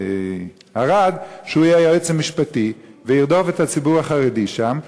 ערד שיהיה היועץ המשפטי וירדוף את הציבור החרדי שם.